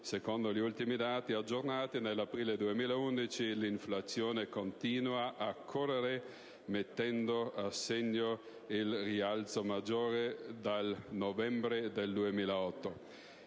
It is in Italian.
Secondo gli ultimi dati, aggiornati ad aprile 2011, l'inflazione continua a correre, mettendo a segno il rialzo maggiore dal novembre del 2008.